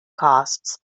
costs